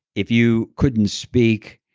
if you couldn't speak,